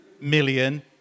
million